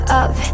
up